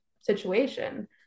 situation